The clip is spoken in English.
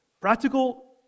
practical